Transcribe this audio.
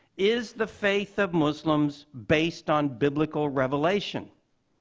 is the faith of muslims based on biblical revelation?